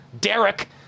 Derek